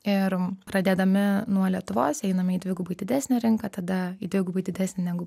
ir pradėdami nuo lietuvos einame į dvigubai didesnę rinką tada į dvigubai didesnę negu